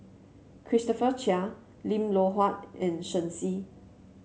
Christopher Chia Lim Loh Huat and Shen Xi